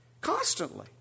constantly